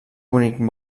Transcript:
bonic